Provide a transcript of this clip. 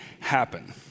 happen